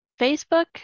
Facebook